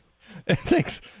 Thanks